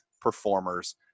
performers